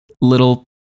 little